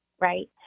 right